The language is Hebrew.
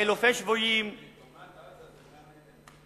חילופי שבויים, לעומת עזה זה גן-עדן.